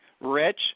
rich